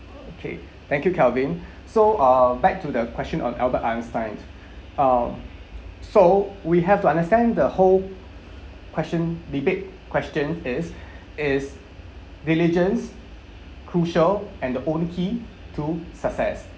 okay thank you calvin so uh back to the question on albert einstein uh so we have to understand the whole question debate question is is diligence crucial and the only key to success